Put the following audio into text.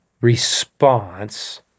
response